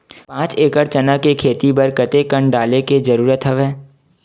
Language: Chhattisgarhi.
पांच एकड़ चना के खेती बर कते कन डाले के जरूरत हवय?